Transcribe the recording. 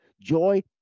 Joy